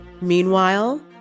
Meanwhile